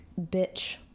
bitch